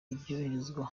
ibyoherezwa